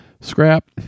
Scrap